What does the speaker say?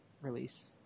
release